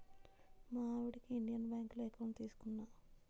మా ఆవిడకి ఇండియన్ బాంకులోనే ఎకౌంట్ తీసుకున్నా